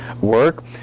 work